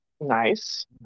Nice